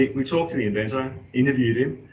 like we talked to the inventor, interviewed him,